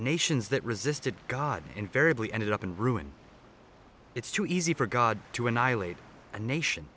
nations that resisted god invariably ended up in ruin it's too easy for god to annihilate a nation